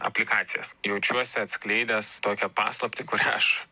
aplikacijas jaučiuosi atskleidęs tokią paslaptį kurią aš